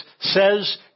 says